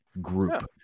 Group